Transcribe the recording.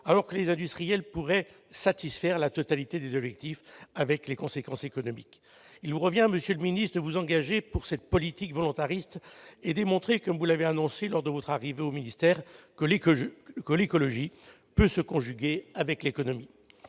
Or les industriels pourraient satisfaire la totalité des objectifs avec les conséquences économiques que l'on imagine. Il vous revient, monsieur le ministre d'État, de vous engager en faveur de cette politique volontariste et de démontrer, comme vous l'avez annoncé lors de votre arrivée au ministère, que l'écologie peut se conjuguer avec l'économie.